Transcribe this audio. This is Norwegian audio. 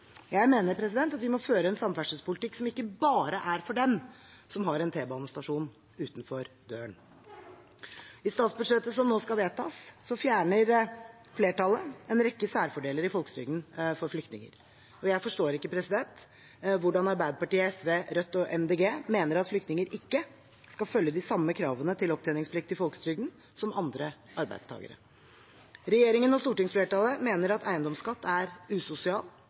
Jeg mener vi må føre en samferdselspolitikk som ikke bare er for dem som har en T-banestasjon utenfor døren. I statsbudsjettet som nå skal vedtas, fjerner flertallet en rekke særfordeler for flyktninger i folketrygden. Jeg forstår ikke hvordan Arbeiderpartiet, SV, Rødt og Miljøpartiet De Grønne kan mene at flyktninger ikke skal følge de samme kravene til opptjeningsplikt i folketrygden som andre arbeidstakere. Regjeringen og stortingsflertallet mener at eiendomsskatt er